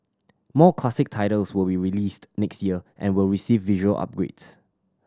more classic titles will be released next year and will receive visual upgrades